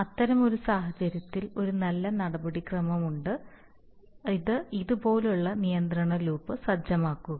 അത്തരമൊരു സാഹചര്യത്തിൽ ഒരു നല്ല നടപടിക്രമമുണ്ട് ഇത് ഇതുപോലുള്ള നിയന്ത്രണ ലൂപ്പ് സജ്ജമാക്കുക